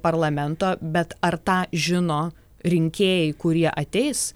parlamento bet ar tą žino rinkėjai kurie ateis